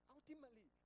Ultimately